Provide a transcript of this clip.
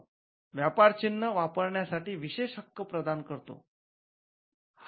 व्यापार चिन्ह वापरण्यासाठी विशेष हक्क प्रदान करतो